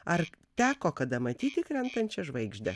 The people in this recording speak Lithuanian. ar teko kada matyti krentančią žvaigždę